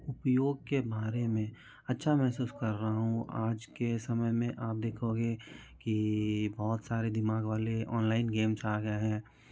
उपयोग के बारे में अच्छा महसूस कर रहा हूँ आज के समय में आप देखोगे कि कि बहुत सारे दिमाग वाले ऑनलाइन गेम्स आ गए हैं